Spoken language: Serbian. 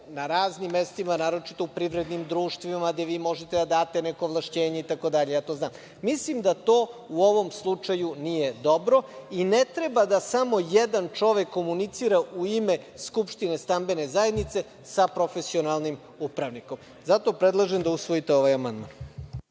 na raznim mestima, naročito u privrednim društvima, gde vi možete da date neko ovlašćenje itd. Mislim da to u ovom slučaju nije dobro i ne treba da samo jedan čovek komunicira u ime skupštine stambene zajednice sa profesionalnim upravnikom. Zato predlažem da usvojite ovaj amandman.